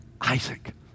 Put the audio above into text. Isaac